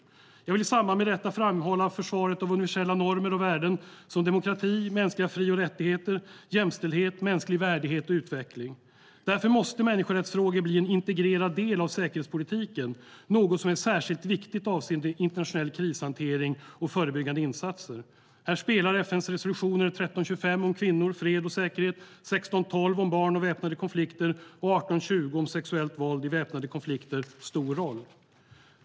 Jag vill i samband med detta framhålla försvaret av universella normer och värden som demokrati, mänskliga fri och rättigheter, jämställdhet, mänsklig värdighet och utveckling. Därför måste människorättsfrågor bli en integrerad del av säkerhetspolitiken, något som är särskilt viktigt avseende internationell krishantering och förebyggande insatser. Här spelar FN:s resolutioner 1325 om kvinnor, fred och säkerhet, 1612 om barn och väpnade konflikter och 1820 om sexuellt våld i väpnade konflikter stor roll.